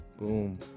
Boom